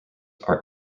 are